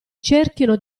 cerchino